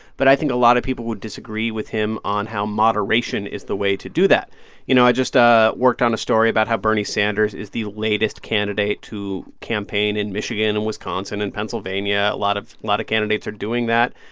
but i think a lot of people would disagree with him on how moderation is the way to do that you know, i just ah worked on a story about how bernie sanders is the latest candidate to campaign in michigan and wisconsin and pennsylvania. a lot of candidates are doing that.